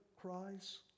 cries